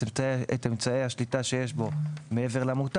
את אמצעי השליטה שיש בו מעבר למותר